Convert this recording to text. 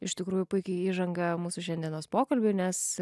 iš tikrųjų puiki įžanga mūsų šiandienos pokalbiui nes